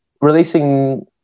releasing